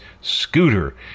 Scooter